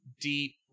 deep